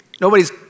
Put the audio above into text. Nobody's